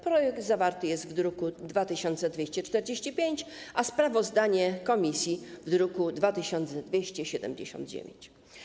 Projekt zawarty jest w druku nr 2245, a sprawozdanie komisji w druku nr 2279.